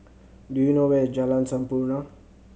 do you know where is Jalan Sampurna